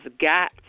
got